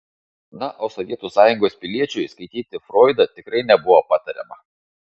na o sovietų sąjungos piliečiui skaityti froidą tikrai nebuvo patariama